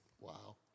Wow